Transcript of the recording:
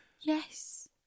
yes